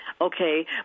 okay